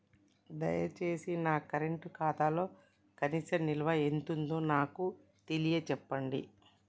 దయచేసి నా కరెంట్ ఖాతాలో కనీస నిల్వ ఎంతుందో నాకు తెలియచెప్పండి